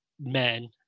men